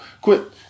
Quit